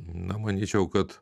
na manyčiau kad